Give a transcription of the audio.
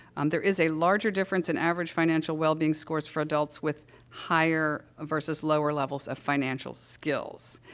um, there is a larger difference in average financial wellbeing scores for adults with higher versus lower levels of financial skills.